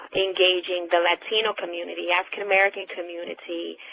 engaging the latino community, african american community,